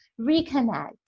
Reconnect